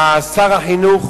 שר החינוך